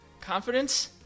confidence